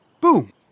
Boom